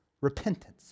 repentance